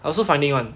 I also finding one